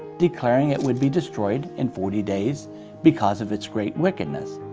declaring it would be destroyed in forty days because of its great wickedness.